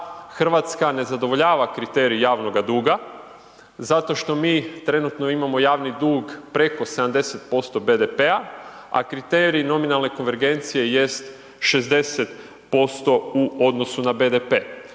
Hrvatska ne zadovoljava kriterij javnoga duga zato što mi trenutno imamo javni dug preko 70% BDP-a a kriterij nominalne konvergencije jest 60% u odnosu na BDP.